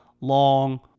long